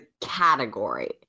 category